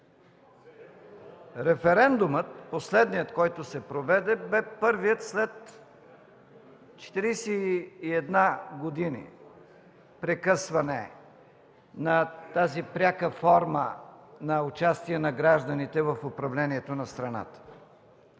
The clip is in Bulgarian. референдумът – последният, който се проведе, бе първият след 41 години прекъсване на тази пряка форма на участие на гражданите в управлението на страната.